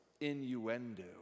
innuendo